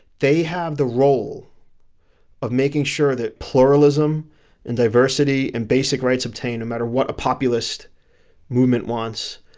they have the role of making sure that pluralism and diversity and basic rights obtain, no matter what a populist movement wants,